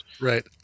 right